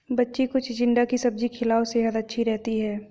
बच्ची को चिचिण्डा की सब्जी खिलाओ, सेहद अच्छी रहती है